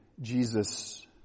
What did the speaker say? Jesus